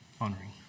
honoring